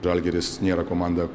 žalgiris nėra komanda